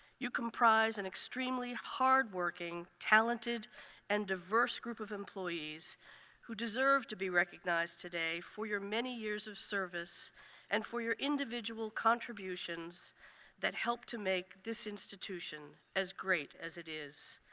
you comprise an extremely hardworking, talented and diverse group of employees who deserve to be recognized today for your many years of service and for your individual contributions that help to make this institution as great as it is.